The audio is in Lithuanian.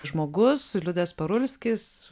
žmogus liudas parulskis